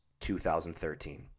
2013